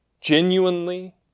genuinely